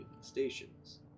stations